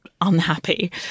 unhappy